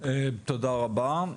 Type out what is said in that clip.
תודה רבה,